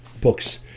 books